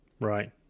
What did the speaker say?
Right